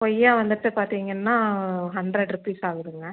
கொய்யா வந்துவிட்டு பார்த்திங்கன்னா ஹண்ட்ரெட் ருபீஸ் ஆகுதுங்க